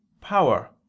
power